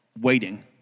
waiting